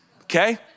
Okay